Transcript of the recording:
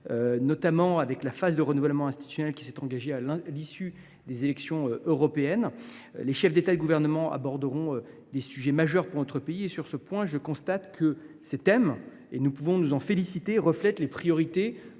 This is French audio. notamment du fait de la phase de renouvellement institutionnel qui s’est engagée à l’issue des élections européennes. Les chefs d’État et de gouvernement aborderont des sujets majeurs pour notre pays et je constate que ces thèmes – nous pouvons nous en féliciter – reflètent les priorités